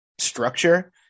structure